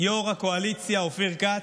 יו"ר הקואליציה אופיר כץ.